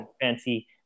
fancy